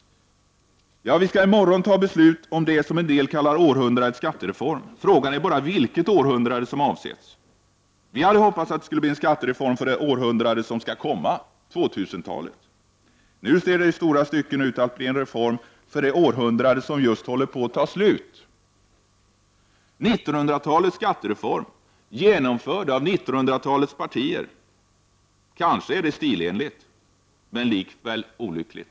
Vi skall i morgon fatta beslut om det som en del kallar århundradets skattereform. Frågan är bara vilket århundrade som avses. Vi hade hoppats att det skulle bli en skattereform för det århundrade som skall komma, 2000 talet. Nu ser det i stora stycken mer ut som en reform för det århundrade som just håller på att ta slut: 1900-talets skattereform, genomförd av 1900 talets partier. Kanske är det stilenligt, men likväl olyckligt.